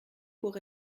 pour